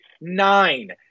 nine